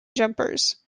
jumpers